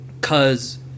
cause